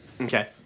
Okay